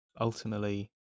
Ultimately